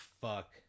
fuck